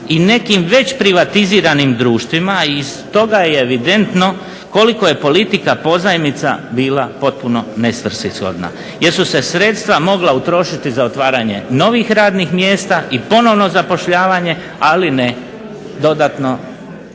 i nekim već privatiziranim društvima, a iz toga je evidentno koliko je politika pozajmica bila potpuno nesvrsishodna jer su se sredstva mogla utrošiti za otvaranje novih radnih mjesta i ponovno zapošljavanje. Ali ne, dodatno